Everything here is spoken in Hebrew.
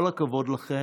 כל הכבוד לכן.